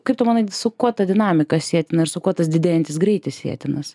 kaip tu manai su kuo ta dinamika sietina ir su kuo tas didėjantis greitis sietinas